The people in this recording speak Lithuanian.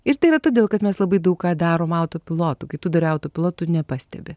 ir tai yra todėl kad mes labai daug ką darom autopilotu kai tu durai autupilotu tu nepastebi